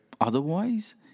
otherwise